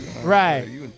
Right